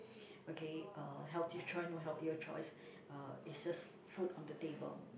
okay uh healthy choice no healthier choice it's just food on the table